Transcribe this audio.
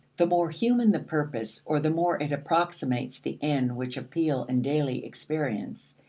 the more human the purpose, or the more it approximates the ends which appeal in daily experience,